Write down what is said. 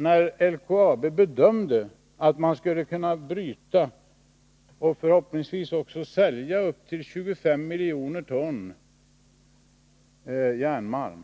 När LKAB bedömde att man kunde bryta, och förhoppningsvis också sälja, upp till 25 miljoner ton järnmalm